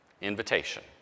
Invitation